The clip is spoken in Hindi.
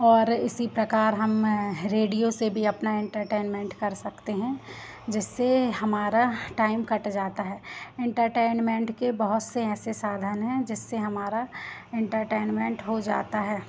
और इसी प्रकार हम रेडियो से भी अपना इंटरटेनमेंट कर सकते हैं जिससे हमारा टाइम कट जाता है इंटरटेनमेंट के बहुत से ऐसे साधन हैं जिससे हमारा इंटरटेनमेंट हो जाता है